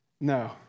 No